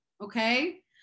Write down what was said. Okay